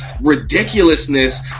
ridiculousness